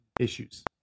issues